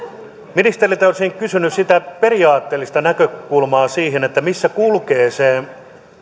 ministeriltä olisin kysynyt sitä periaatteellista näkökulmaa siihen missä kulkee